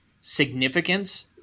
significance